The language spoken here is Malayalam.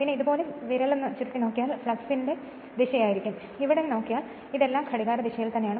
പിന്നെ ഇതുപോലെ വിരൽ ചുരുട്ടിയാൽ ഫ്ലക്സിൻറെ ദിശയായിരിക്കും ഇവിടെ നോക്കിയാൽ ഇതെല്ലാം ഘടികാരദിശയിലാണ്